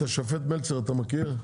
את השופט מלצר אתה מכיר?